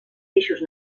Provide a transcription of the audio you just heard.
peixos